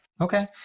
okay